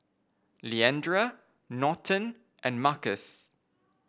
Leandra Norton and Markus